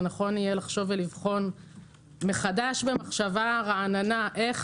ונכון יהיה לחשוב ולבחון מחדש במחשבה רעננה איך